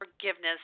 forgiveness